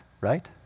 right